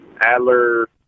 Adler